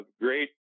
great